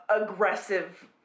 aggressive